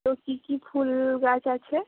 তো কী কী ফুল গাছ আছে